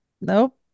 Nope